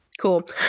Cool